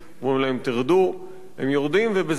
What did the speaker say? הם יורדים, ובזה נגמר טיפולה של המדינה בהם.